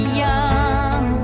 young